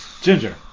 Ginger